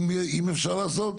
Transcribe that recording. אם אפשר לעשות,